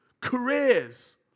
careers